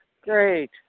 great